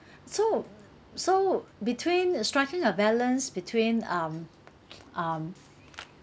so so between striking a balance between um um